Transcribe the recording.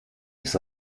ist